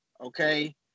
Okay